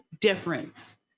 difference